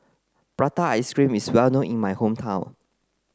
prata ice cream is well known in my hometown